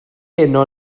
heno